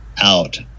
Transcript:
out